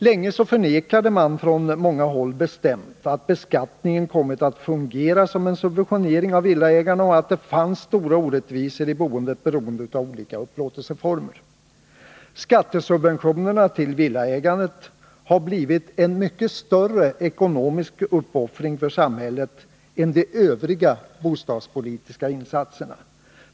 Länge förnekade man från många håll bestämt att beskattningen kommit att fungera som en subventionering av villaägarna och att det fanns stora orättvisor i boendet, beroende av olika upplåtelseformer. Skattesubventionerna till villaägandet har blivit en mycket större ekonomisk uppoffring för samhället än de övriga bostadspolitiska insatserna.